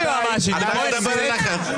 חבר הכנסת משה סעדה.